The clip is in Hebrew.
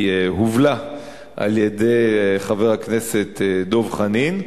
היא הובלה על-ידי חבר הכנסת דב חנין,